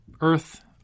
earth